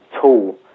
tool